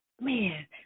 Man